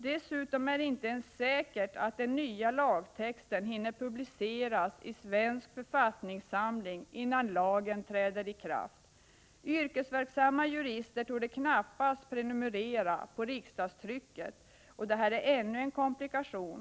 Det är inte ens säkert att den nya lagtexten hinner publiceras i Svensk författningssamling innan lagen träder i kraft. Yrkesverksamma jurister torde knappast prenumerera på riksdagstrycket. Detta är ännu en komplikation.